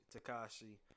Takashi